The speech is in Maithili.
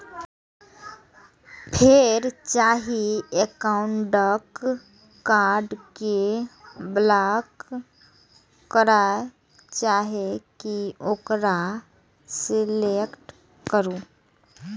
फेर जाहि एकाउंटक कार्ड कें ब्लॉक करय चाहे छी ओकरा सेलेक्ट करू